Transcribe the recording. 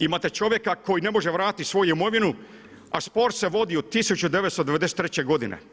Imate čovjeka koji ne može vratiti svoju imovinu a spor se vodi od 1993. godine.